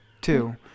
two